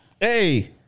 Hey